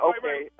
Okay